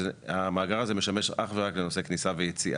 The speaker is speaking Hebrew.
שהמאגר הזה משמש אך ורק לנושא כניסה ויציאה.